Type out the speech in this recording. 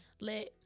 let